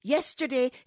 Yesterday